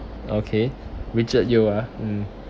okay richard yeoh ah mm